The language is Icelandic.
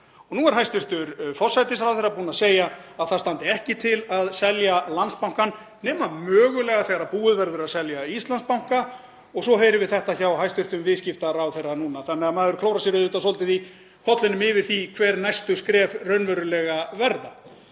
Nú er hæstv. forsætisráðherra búinn að segja að það standi ekki til að selja Landsbankann nema mögulega þegar búið verður að selja Íslandsbanka og svo heyrum við þetta hjá hæstv. viðskiptaráðherra núna. Því klórar maður sér svolítið í kollinum yfir því hver næstu skref raunverulega verða.